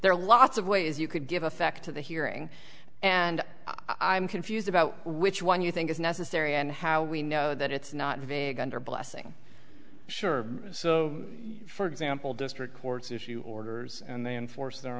there are lots of ways you could give effect to the hearing and i'm confused about which one you think is necessary and how we know that it's not vague under blessing sure so for example district courts issue orders and they enforce their